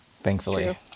Thankfully